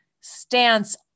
stance